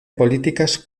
políticas